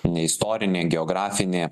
ne istorinį geografinį